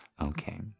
Okay